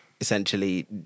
essentially